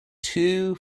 two